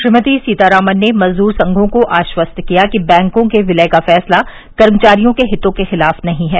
श्रीमती सीतारामन ने मजदूर संघों को आश्वस्त किया कि बैंकों के विलय का फैसला कर्मचारियों के हितों के खिलाफ नहीं है